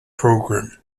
program